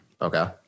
Okay